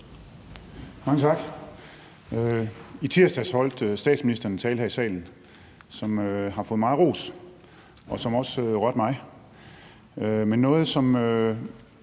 Mange tak. I tirsdags holdt statsministeren en tale her i salen, som har fået meget ros, og som også rørte mig.